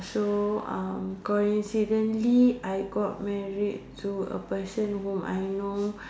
so uh coincidentally I got married to a person whom I know